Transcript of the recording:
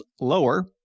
lower